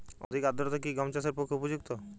অধিক আর্দ্রতা কি গম চাষের পক্ষে উপযুক্ত?